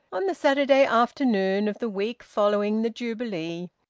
on the saturday afternoon of the week following the jubilee,